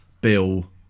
Bill